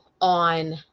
on